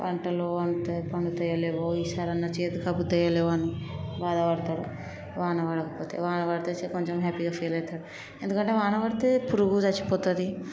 పంటలు పండుతాయి పండుతాయో లేవో ఈసారి అయిన చేతికి అబ్బుతాయో లేదో అని బాధపడతారు వాన పడకపోతే వాన పడితే కొంచెం హ్యాపీగా ఫీల్ అవుతారు ఎందుకంటే వాన పడితే పురుగు చచ్చిపోతుంది